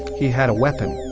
he had a weapon,